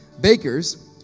bakers